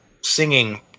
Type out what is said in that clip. singing